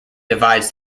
divides